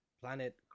planet